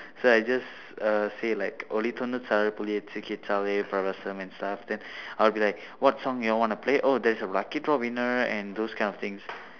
so I just uh say like Oli தொன்னுத்தி ஆறு புள்ளி எட்டு கேட்டாலே பரவசம்:oli thonnuththi aaru pulli etdu keetdaalee paravasam then I would be like what songs you wanna play oh there is a lucky draw winner and those kind of things